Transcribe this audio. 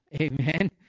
Amen